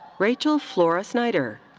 rachael flora snyder.